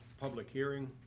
public hearing.